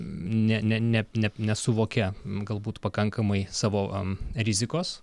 ne ne ne ne nesuvokia galbūt pakankamai savo rizikos